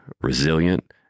resilient